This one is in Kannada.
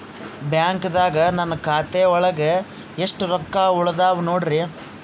ಬ್ಯಾಂಕ್ದಾಗ ನನ್ ಖಾತೆ ಒಳಗೆ ಎಷ್ಟ್ ರೊಕ್ಕ ಉಳದಾವ ನೋಡ್ರಿ?